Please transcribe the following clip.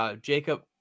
Jacob